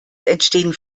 entstehen